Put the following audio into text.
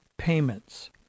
Payments